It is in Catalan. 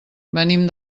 venim